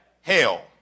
hell